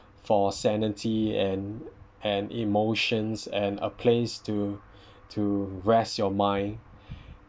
for sanity and and emotions and a place to to rest your mind